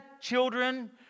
children